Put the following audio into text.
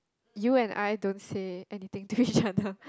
you and I don't say anything to each other